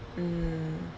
mm